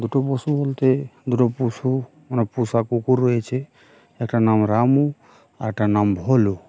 দুটো পশু বলতে দুটো পশু মানে পোষা কুকুর রয়েছে একটার নাম রামু আর একটার নাম ভুলু